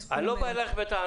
תחום --- אני לא בא אלייך בטענות.